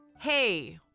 Hey